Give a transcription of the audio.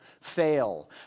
fail